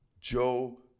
Joe